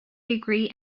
degree